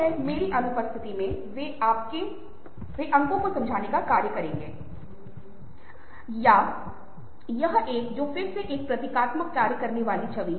और कई अन्य लोगों द्वारा और ये केवल दो उदाहरण हैं सोशल मीडिया सामाजिक नेटवर्क की प्रक्रिया के माध्यम से कितना शक्तिशाली हो सकता है